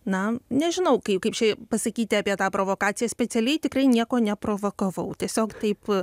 na nežinau kaip kaip čia pasakyti apie tą provokaciją specialiai tikrai nieko neprovokavau tiesiog taip